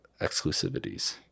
exclusivities